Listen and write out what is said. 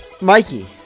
Mikey